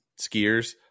skiers